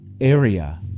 area